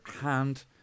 hand